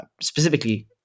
specifically